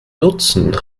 nutzen